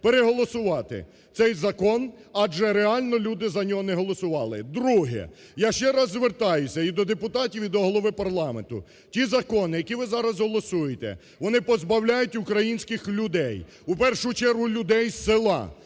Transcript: переголосувати цей закон, адже реально люди за нього не голосували. Друге. Я ще раз звертаюся і до депутатів, і до Голови парламенту. Ті закони, які ви зараз голосуєте, вони позбавляють українських людей, у першу чергу людей з села,